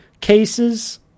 cases